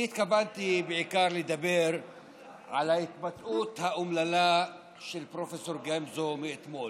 אני התכוונתי לדבר כאן בעיקר על ההתבטאות האומללה של פרופ' גמזו מאתמול,